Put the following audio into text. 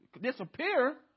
disappear